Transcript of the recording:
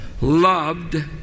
loved